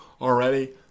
already